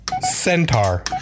Centaur